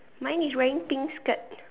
mine is wearing pink skirt